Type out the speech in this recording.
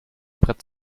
brett